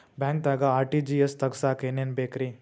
ಬ್ಯಾಂಕ್ದಾಗ ಆರ್.ಟಿ.ಜಿ.ಎಸ್ ತಗ್ಸಾಕ್ ಏನೇನ್ ಬೇಕ್ರಿ?